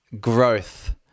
growth